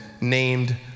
named